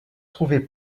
trouvé